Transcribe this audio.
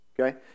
Okay